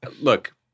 look